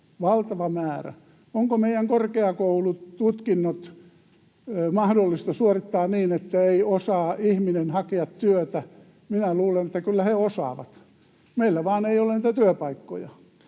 Valtava määrä. Onko meidän korkeakoulututkinnot mahdollista suorittaa niin, että ei osaa ihminen hakea työtä? Minä luulen, että kyllä he osaavat. Meillä vain ei ole niitä työpaikkoja.